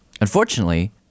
Unfortunately